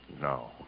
No